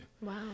Wow